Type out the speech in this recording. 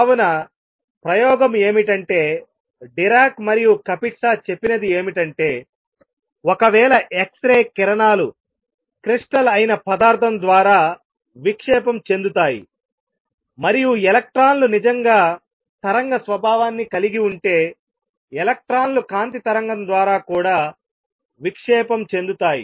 కావున ప్రయోగం ఏమిటంటే డిరాక్ మరియు కపిట్సా చెప్పినది ఏమిటంటే ఒకవేళ x ray కిరణాలు క్రిస్టల్ అయిన పదార్థం ద్వారా విక్షేపం చెందుతాయి మరియు ఎలక్ట్రాన్లు నిజంగా తరంగ స్వభావాన్ని కలిగి ఉంటే ఎలక్ట్రాన్లు కాంతి తరంగం ద్వారా కూడా విక్షేపండిఫ్రాక్ట్ అవుతాయి చెందుతాయి